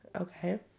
Okay